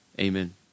Amen